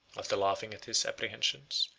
after laughing at his apprehensions,